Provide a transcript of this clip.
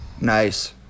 Nice